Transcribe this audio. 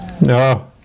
No